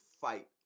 fight